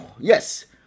yes